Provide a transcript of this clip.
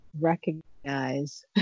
recognize